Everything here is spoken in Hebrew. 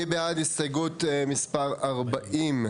מי בעד הסתייגות מספר 40,